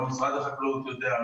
לא משרד החקלאות יודע,